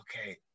okay